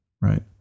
right